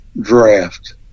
draft